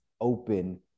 open